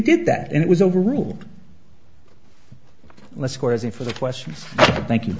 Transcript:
did that and it was overruled let's go as in for the questions thank you